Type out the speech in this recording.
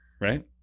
right